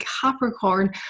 Capricorn